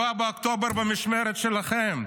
7 באוקטובר במשמרת שלכם.